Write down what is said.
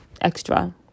extra